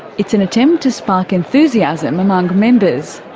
it's an attempt to spark enthusiasm among members.